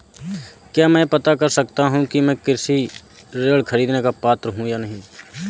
क्या मैं यह पता कर सकता हूँ कि मैं कृषि ऋण ख़रीदने का पात्र हूँ या नहीं?